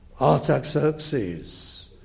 Artaxerxes